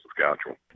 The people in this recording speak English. Saskatchewan